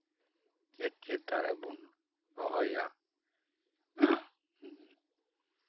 ᱪᱮᱫ ᱪᱮᱫ ᱫᱟᱨᱮ ᱵᱚᱱ ᱨᱚᱦᱚᱭᱟ ᱦᱮᱸ